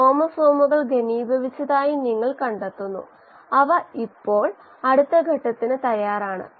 5 Si 50 gl